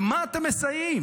למה אתה מסייעים,